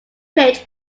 pitch